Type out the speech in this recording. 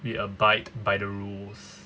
we abide by the rules